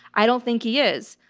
i don't think he is.